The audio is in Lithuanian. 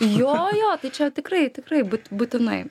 jo jo tai čia tikrai tikrai būtinai